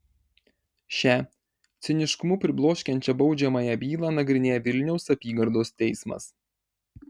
šią ciniškumu pribloškiančią baudžiamąją bylą nagrinėja vilniaus apygardos teismas